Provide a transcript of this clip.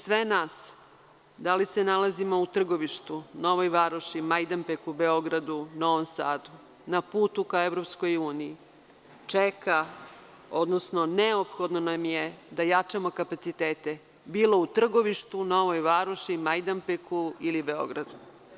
Sve nas, da li se nalazimo u Trgovištu, Novoj Varoši, Majdanpeku, Beogradu, Novom Sadu, na putu ka EU čeka, odnosno neophodno nam je da jačamo kapacitete, bilo u Trgovištu, u Novoj Varoši, Majdanpeku ili Beogradu.